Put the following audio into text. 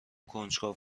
کنجکاو